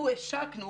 אנחנו השקנו